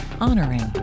Honoring